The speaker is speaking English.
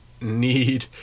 need